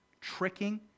tricking